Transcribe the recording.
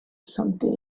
something